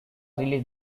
released